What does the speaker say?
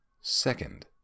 Second